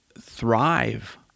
thrive